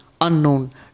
unknown